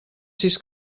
sis